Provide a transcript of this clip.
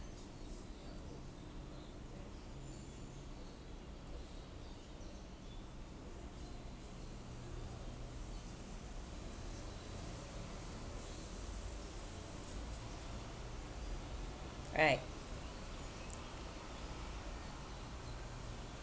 right